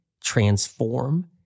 transform